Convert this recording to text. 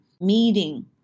meeting